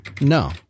No